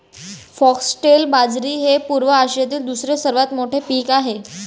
foxtail बाजरी हे पूर्व आशियातील दुसरे सर्वात मोठे पीक आहे